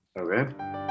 okay